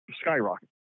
skyrocket